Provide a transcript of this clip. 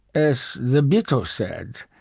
as the beatles said,